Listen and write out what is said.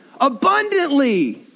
abundantly